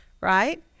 right